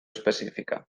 específica